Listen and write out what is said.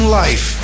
life